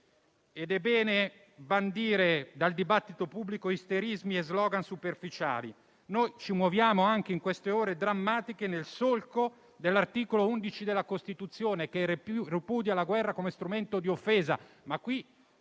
È bene bandire dal dibattito pubblico isterismi e *slogan* superficiali. Noi ci muoviamo, anche in queste ore drammatiche, nel solco dell'articolo 11 della Costituzione, che ripudia la guerra come strumento di offesa.